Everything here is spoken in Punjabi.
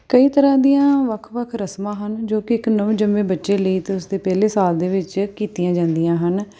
ਕਈ ਤਰ੍ਹਾਂ ਦੀਆਂ ਵੱਖ ਵੱਖ ਰਸਮਾਂ ਹਨ ਜੋ ਕਿ ਇੱਕ ਨਵ ਜੰਮੇ ਬੱਚੇ ਲਈ ਅਤੇ ਉਸਦੇ ਪਹਿਲੇ ਸਾਲ ਦੇ ਵਿੱਚ ਕੀਤੀਆਂ ਜਾਂਦੀਆਂ ਹਨ